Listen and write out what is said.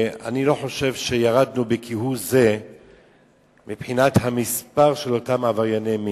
אני לא חושב שירדנו כהוא-זה במספר של עברייני המין,